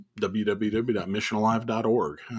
www.missionalive.org